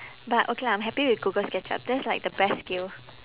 but okay lah I'm happy with google sketchup that's like the best skill